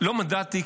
לא מדדתי,